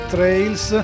Trails